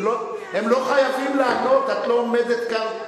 הם לא חייבים לענות, את לא עומדת כאן,